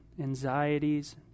anxieties